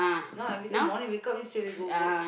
now everytime morning wake up straight away go work